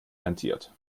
rentiert